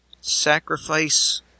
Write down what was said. sacrifice